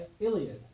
iliad